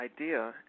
idea